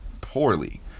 poorly